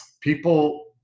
people